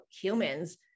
humans